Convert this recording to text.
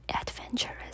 adventurous